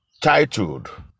Titled